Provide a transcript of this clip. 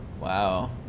Wow